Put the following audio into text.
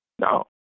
No